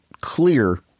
clear